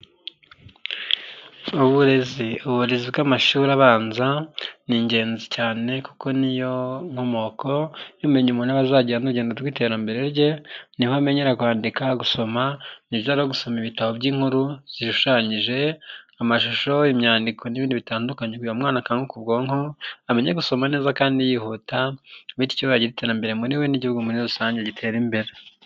Uburezi. Uburezi bw'amashuri abanza ni ingenzi cyane kuko niyo nkomoko y'ubumenyi umuntu aba azagira n'urugendo rw'iterambere rye, niho amenyera kwandika, gusoma, ndetse no gusoma ibitabo by'inkuru zishushanyije, amashusho, imyandiko, n'ibindi bitandukanye kugirango umwana akanguke ubwonko amenya gusoma neza kandi yihuta, bityo agire iterambere muri we n'igihugu muri rusange gitera imbere.